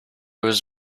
was